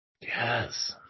Yes